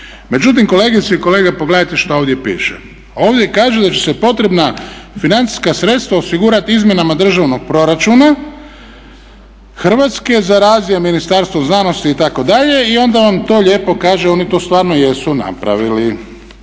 Međutim, kolegice i kolege pogledajte šta ovdje piše, ovdje kaže da će se potrebna financijska sredstva osigurati izmjenama državnog proračuna Hrvatske za … Ministarstva znanosti itd. i onda vam to lijepo kaže oni to stvarno jesu napravili.